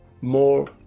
more